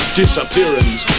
disappearance